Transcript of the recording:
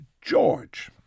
George